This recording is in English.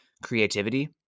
Creativity